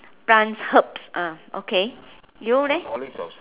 plants herbs ah okay you leh